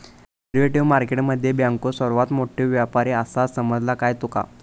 Derivative market मध्ये बँको सर्वात मोठे व्यापारी आसात, समजला काय तुका?